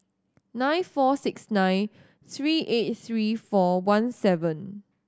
nine four six nine three eight three four one seven